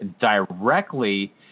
directly